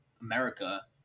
America